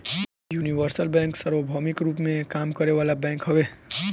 universal bank सार्वभौमिक रूप में काम करे वाला बैंक हवे